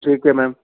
ٹھیک ہے میم